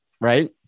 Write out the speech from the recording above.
right